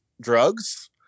drugs